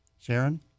Sharon